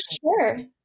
sure